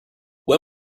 when